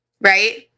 right